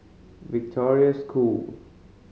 Victoria School